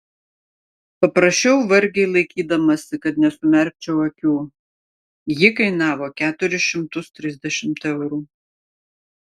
paprašiau vargiai laikydamasi kad nesumerkčiau akių ji kainavo keturis šimtus trisdešimt eurų